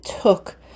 took